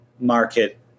market